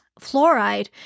Fluoride